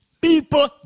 People